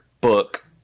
book